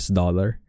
dollar